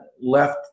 left